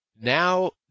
now